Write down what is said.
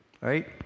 right